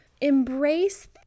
embrace